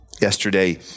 Yesterday